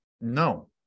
No